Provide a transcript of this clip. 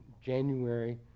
January